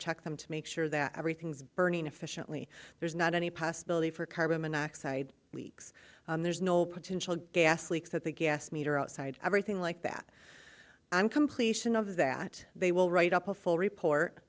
check them to make sure that everything's burning efficiently there's not any possibility for carbon monoxide leaks there's no potential gas leaks at the gas meter outside everything like that i'm completion of that they will write up a full report